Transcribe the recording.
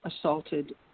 assaulted